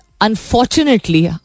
unfortunately